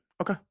Okay